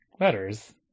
letters